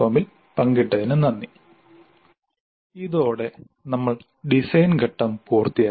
ൽ പങ്കിട്ടതിന് നന്ദി ഇതോടെ നമ്മൾ ഡിസൈൻ ഘട്ടം പൂർത്തിയാക്കി